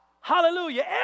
Hallelujah